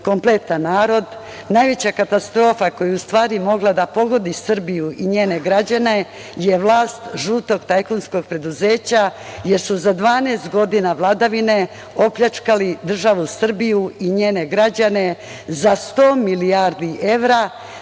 kompletan narod. Najveća katastrofa koja je u stvari mogla da pogodi Srbiju i njene građane je vlast žutog tajkunskog preduzeća, jer su za 12 godina vladavine opljačkali državu Srbiju i njene građane za 100 milijardi evra.